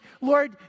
Lord